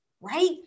Right